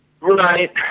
Right